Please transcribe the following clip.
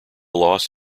loss